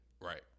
Right